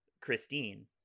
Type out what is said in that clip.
Christine